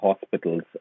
hospitals